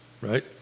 Right